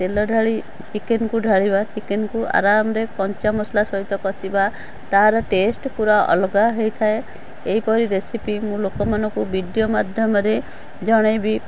ତେଲ ଢାଳି ଚିକେନ୍କୁ ଢାଳିବା ଚିକେନ୍କୁ ଆରମରେ କଞ୍ଚା ମସଲା ସହିତ କଷିବା ତା'ର ଟେଷ୍ଟ ପୁରା ଅଲଗା ହୋଇଥାଏ ଏଇପରି ରେସିପି ମୁଁ ଲୋକମାନଙ୍କୁ ଭିଡ଼ିଓ ମାଧ୍ୟମରେ ଜଣେଇବି